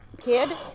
kid